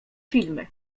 filmy